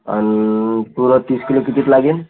आणि पुरा तीस किलो कितीचं लागेल